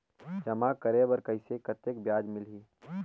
जमा करे बर कइसे कतेक ब्याज मिलही?